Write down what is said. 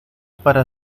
para